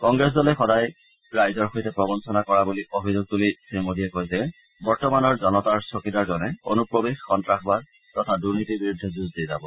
কংগ্ৰেছ দলে সদায় ৰাইজৰ সৈতে প্ৰবঞ্চনা কৰা বুলি অভিযোগ তুলি শ্ৰীমোডীয়ে কয় যে বৰ্তমানৰ জনতাৰ চকীদাৰজনে অনুপ্ৰবেশ সন্ত্ৰাসবাদ তথা দূৰ্নীতিৰ বিৰুদ্ধে যুঁজ দি যাব